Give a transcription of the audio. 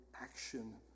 action